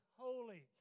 holy